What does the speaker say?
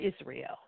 Israel